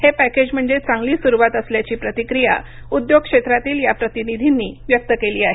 हे पॅकेज म्हणजे चांगली सुरुवात असल्याची प्रतिक्रिया उद्योग क्षेत्रातील या प्रतिनिधींनी व्यक्त केली आहे